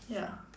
ya